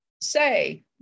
say